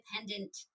independent